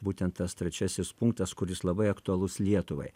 būtent tas trečiasis punktas kuris labai aktualus lietuvai